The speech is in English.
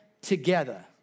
together